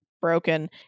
broken